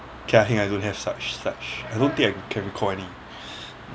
okay I think I don't have such such I don't think I can recall any